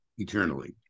eternally